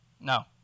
No